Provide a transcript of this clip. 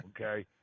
Okay